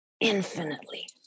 infinitely